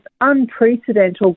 unprecedented